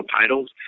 titles